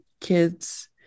kids